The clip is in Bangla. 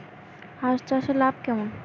হাঁস চাষে লাভ কেমন?